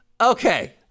okay